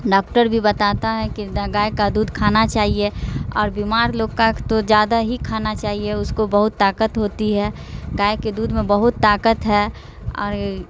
doctor بھی بتاتا ہے کہ گائے کا دودھ کھانا چاہیے اور بیمار لوگ کا ایک تو زیادہ ہی کھانا چاہیے اس کو بہت طاقت ہوتی ہے گائے کے دودھ میں بہت طاقت ہے اور